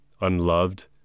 unloved